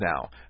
now